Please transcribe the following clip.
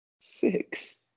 Six